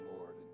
Lord